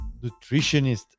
nutritionist